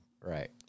Right